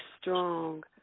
strong